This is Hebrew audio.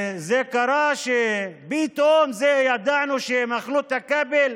איך זה קרה שפתאום ידענו שהן אכלו את הכבל?